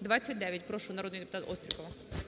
29. Прошу народний депутат Острікова. 12:52:48 ОСТРІКОВА Т.Г.